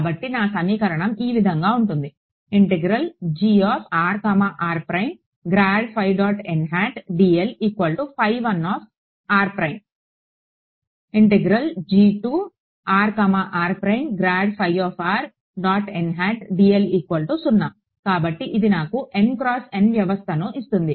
కాబట్టి నా సమీకరణం ఈ విధంగా ఉంటుంది కాబట్టి ఇది నాకు వ్యవస్థను ఇస్తుంది